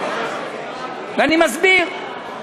אני מסביר,